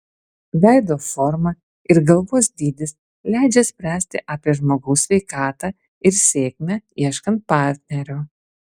veido forma ir galvos dydis leidžia spręsti apie žmogaus sveikatą ir sėkmę ieškant partnerio